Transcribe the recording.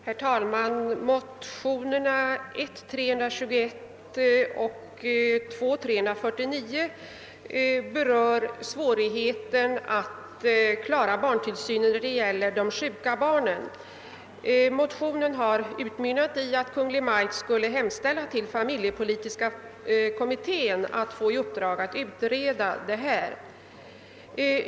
Herr talman! I motionsparet I:321 och II: 349 berörs svårigheten att klara tillsynen av sjuka barn. Motionerna har utmynnat i en begäran att riksdagen i skrivelse till Kungl. Maj:t måtte hemställa att familjepolitiska kommittén får i uppdrag att utreda denna fråga.